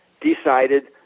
decided